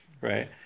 right